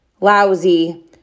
Lousy